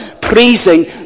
praising